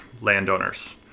landowners